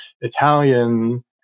Italian